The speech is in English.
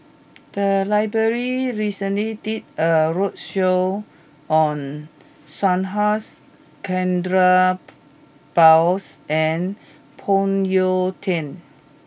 the library recently did a roadshow on Subhas Chandra Bose and Phoon Yew Tien